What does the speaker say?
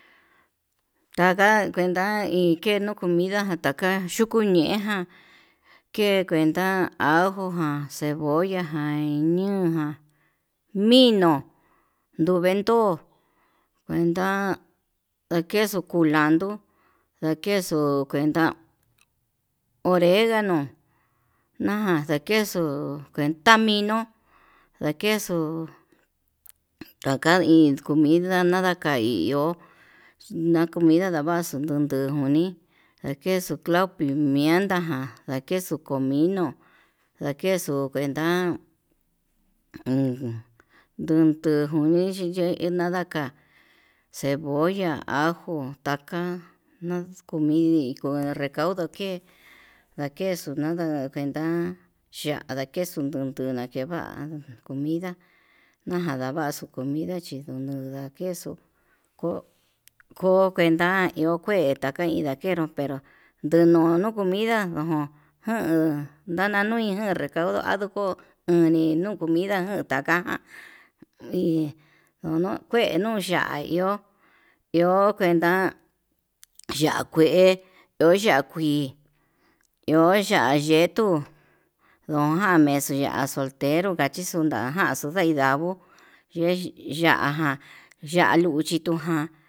Tanga kuenta ikenu comida taka yuku ñeján, ke kuenta ajo jan cebolla jai niuján minuu nduvendo kuenta ndakexu kulando ndakexo kuenta oregano naján ndakexu, kuenta minu ndakexo kuanta hi comida nada ka'a hi iho na'a komida ndavaxu tutun oni ndakexu clavo pimienta, jan ndakexo comino ndakexo kuenta uun ndunde jonichi yee enada ka'a cebolla, ajo, taka na comini kuu recaudu ndo ndake ndakexu nada kuenta ya'a ndakexu kunduna keva'a comida naján ndavaxu comida chi ndunuu ndakexu ko kuenta iho ndo ndakue kuenta ndakero pwero denunu comida, nuu ndananui jan recaudo anduku oni no'o comida ján ndaka iin no kue nuu ya'á iho iho kuenta ya'a kue iho ya'a kuii iho ya'á yetuu ndoján mexuu ya'a xuu tenro kachi xuu na'a naxu ndeidavo yee yajan ya'á luchi tuján.